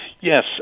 Yes